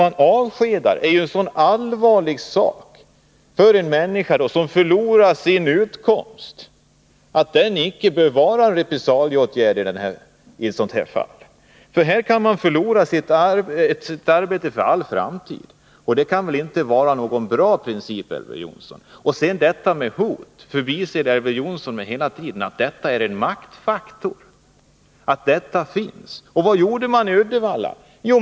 Men avsked är en så allvarlig sak för en människa som förlorar sin utkomst att det inte bör vara en repressalieåtgärd i ett fall som detta. Man kan mista sitt arbete för all framtid, och det är väl inte någon bra princip, Elver Jonsson. Beträffande talet om hot förbiser Elver Jonsson hela tiden att det är en maktfaktor att denna möjlighet finns. Vad gjorde man i Uddevalla?